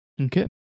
Okay